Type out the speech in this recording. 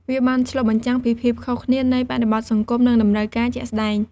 វាបានឆ្លុះបញ្ចាំងពីភាពខុសគ្នានៃបរិបទសង្គម និងតម្រូវការជាក់ស្តែង។